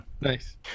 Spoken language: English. Nice